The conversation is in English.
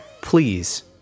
please